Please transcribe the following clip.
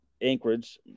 Anchorage